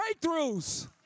breakthroughs